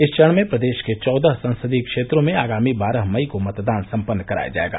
इस चरण में प्रदेश के चौदह संसदीय क्षेत्रों में आगामी बारह मई को मतदान सम्पन्न कराया जायेगा